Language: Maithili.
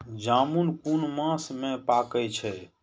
जामून कुन मास में पाके छै?